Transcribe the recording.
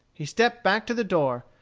he stepped back to the door,